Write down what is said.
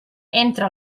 entra